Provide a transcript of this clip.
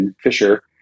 Fisher